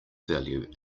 value